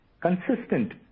consistent